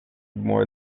more